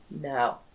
No